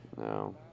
No